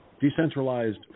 Decentralized